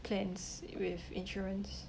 plans with insurance